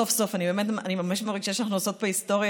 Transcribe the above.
אני באמת מרגישה שאנחנו עושות פה היסטוריה,